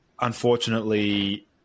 unfortunately